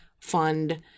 fund